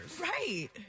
Right